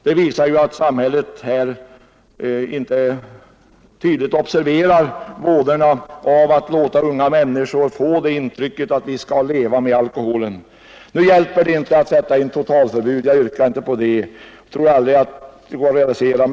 Detta ger vid handen att samhället inte tydligt observerar vådorna av att låta unga människor få intrycket att vi skall leva med alkoholen. Nu hjälper det inte att sätta in totalförbud — jag yrkar inte på det och tror inte att det går att realisera.